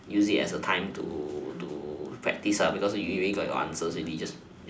use it as a time to to practice because you already got your answers already just